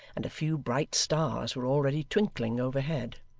and a few bright stars were already twinkling overhead.